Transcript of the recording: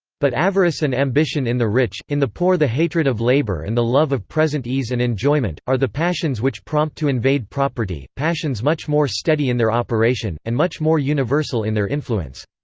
but avarice and ambition in the rich, in the poor the hatred of labour and the love of present ease and enjoyment, are the passions which prompt to invade property, passions much more steady in their operation, and much more universal in their influence.